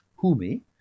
humi